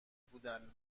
بودن